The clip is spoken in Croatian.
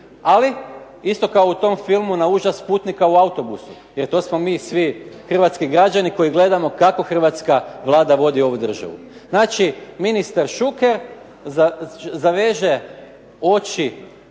Ali isto tako u tom filmu na užas putnika u autobusu, jer to smo mi svi hrvatski građani koji gledamo kako Hrvatska vlada vodi ovu državu. Dakle, ministar Šuker zaveže oči